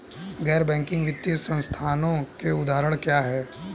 गैर बैंक वित्तीय संस्थानों के उदाहरण क्या हैं?